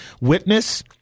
witness